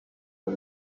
for